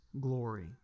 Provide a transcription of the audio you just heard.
glory